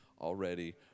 already